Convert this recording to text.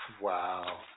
Wow